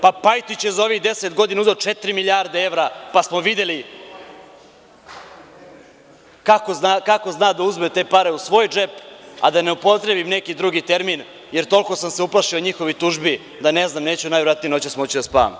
Pa Pajtić je za ove 10 godine uzeo četiri milijarde evra, pa smo videli kako zna da uzme te pare u svoj džep a da ne upotrebim neki drugi termin, jer toliko sam se uplašio njihovih tužbi da, ne znam, neću najverovatnije noćas moći da spavam.